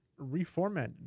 reformatted